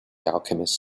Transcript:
alchemist